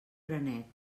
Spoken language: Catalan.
granet